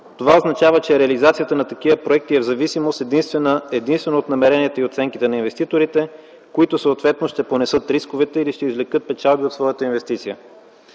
Това означава, че реализацията на такива проекти е зависима единствено от намеренията и оценките на инвеститорите, които съответно ще понесат рисковете или ще извлекат печалби от своята инвестиция.